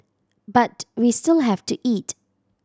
but we still have to eat